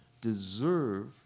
deserve